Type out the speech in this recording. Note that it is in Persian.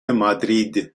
مادرید